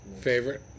Favorite